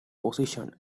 positioned